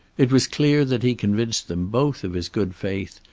it was clear that he convinced them both of his good faith,